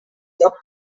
cap